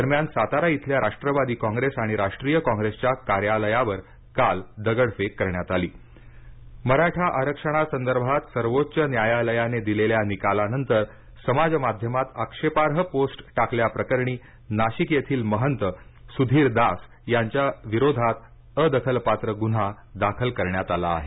दरम्यान सातारा इथल्या राष्ट्रवादी कॉंग्रेस आणि राष्ट्रीय कॉंग्रेसच्या कार्यालयावर काल दगडफेक करण्यात आली आक्षेपार्ह पोस्ट गुन्हा मराठा आरक्षणासंदर्भात सर्वोच्च न्यायालयाने दिलेल्या निकालानंतरसमाज माध्यमात आक्षेपार्ह पोस्ट टाकल्या प्रकरणी नाशिक येथील महत सुधीरदास यांच्या विरोधात अदखलपात्र गुन्हा दाखल करण्यात आला आहे